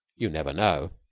you never know.